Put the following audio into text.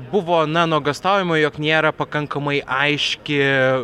buvo na nuogąstaujama jog nėra pakankamai aiški